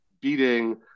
beating